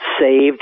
saved